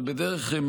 אבל בדרך משמעותית,